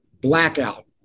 blackout